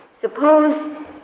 Suppose